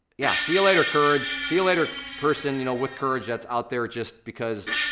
yeah, see you later courage, see you later person you know with courage that's out there just because,